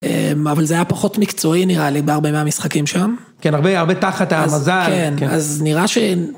אבל זה היה פחות מקצועי נראה לי בהרבה מהמשחקים שם. כן, הרבה תחת היה מזל. כן, אז נראה ש...